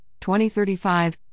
2035